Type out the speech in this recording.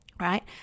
right